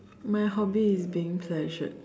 my hobby is being pleasured